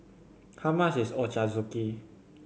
how much is Ochazuke